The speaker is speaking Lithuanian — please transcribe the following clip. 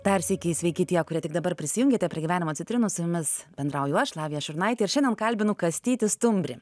dar sykį sveiki tie kurie tik dabar prisijungėte prie gyvenimo citrinų su jumis bendrauju aš lavija šurnaitė ir šiandien kalbinu kastytį stumbrį